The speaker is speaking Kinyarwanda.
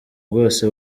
bwose